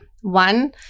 one